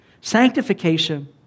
Sanctification